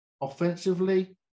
Offensively